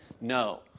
No